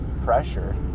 pressure